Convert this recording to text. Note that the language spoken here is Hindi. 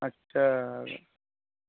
अच्छा